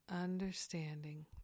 understanding